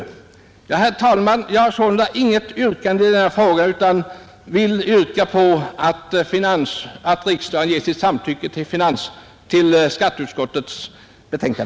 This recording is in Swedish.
Herr talman! Jag har inget speciellt yrkande, utan hemställer att riksdagen bifaller skatteutskottets hemställan.